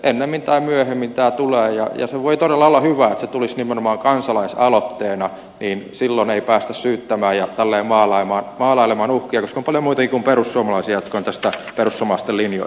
ennemmin tai myöhemmin tämä tulee ja se voi todella olla hyvä että se tulisi nimenomaan kansalaisaloitteena niin silloin ei päästä syyttämään ja maalailemaan uhkia koska on paljon muitakin kuin tästä samasta linja